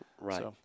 Right